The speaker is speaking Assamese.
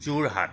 যোৰহাট